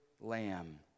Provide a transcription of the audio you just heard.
lamb